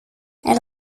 elle